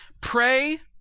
pray